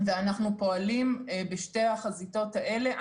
ואנחנו פועלים בשתי החזיתות האלה.